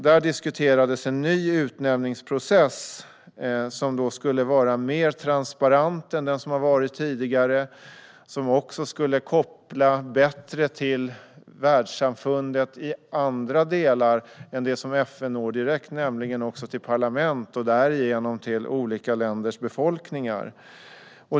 Då diskuterades en ny utnämningsprocess som skulle vara mer transparent än den som har varit tidigare och som också skulle koppla bättre till världssamfundet i andra delar än de som FN når direkt, nämligen också till parlament och därigenom till olika länders befolkningar.